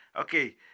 Okay